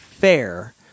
fair